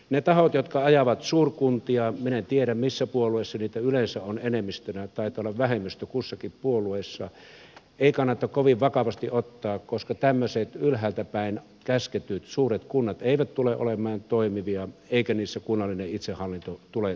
niitä tahoja jotka ajavat suurkuntia minä en tiedä missä puolueissa niitä yleensä on enemmistönä taitaa olla vähemmistö kussakin puolueessa ei kannata kovin vakavasti ottaa koska tämmöiset ylhäältäpäin käsketyt suuret kunnat eivät tule olemaan toimivia eikä niissä kunnallinen itsehallinto tule toimimaan